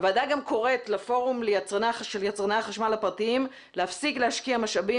הוועדה גם קוראת לפורום של יצרני החשמל הפרטיים להפסיק להשקיע משאבים